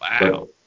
Wow